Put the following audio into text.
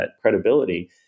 credibility